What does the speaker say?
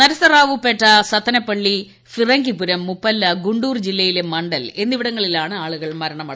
നരസറാവുപെട്ട സ്ത്രീന്പള്ളി പിറങ്കിപുരം മുപ്പല്ല ഗു ൂർ ജില്ലയിലെ മ ത്ർ എന്നിവിടങ്ങളിലാണ് ആളുകൾ മരണമടഞ്ഞത്